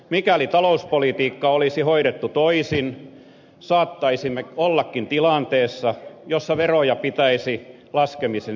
mikäli talouspolitiikka olisi hoidettu toisin saattaisimme ollakin tilanteessa jossa veroja pitäisi laskemisen sijasta nostaa